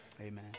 Amen